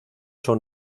son